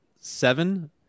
seven